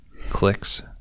clicks